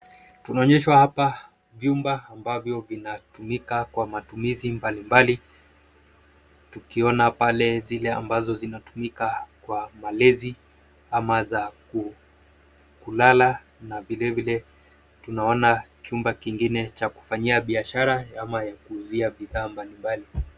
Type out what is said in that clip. Tunaonyeshwa hapa vyumba ambavyo vinatumika kwa matumizi mbalimbali tukiona pale zile ambazo zinatumika kwa malezi ama za kulala na vilevile tunaona chumba kingine cha kufanyia biashara ama ya kuuzia bidhaa mbalimbali.